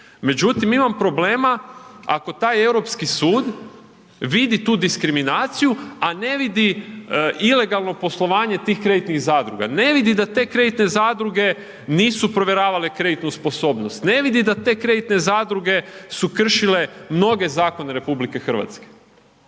Međutim, imam problema ako taj Europski sud vidi tu diskriminaciju, a ne vidi ilegalno poslovanje tih kreditnih zadruga, ne vidi da te kreditne zadruge nisu provjeravale kreditnu sposobnost, ne vidi da te kreditne zadruge su kršile mnoge zakone RH.